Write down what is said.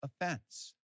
offense